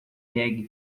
pegue